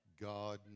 God